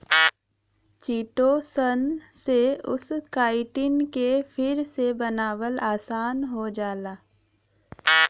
chitosan से उस chitin के फिर से बनावल आसान हो जाला